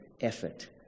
effort